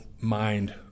mind